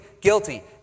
guilty